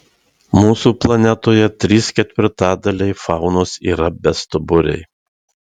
mūsų planetoje trys ketvirtadaliai faunos yra bestuburiai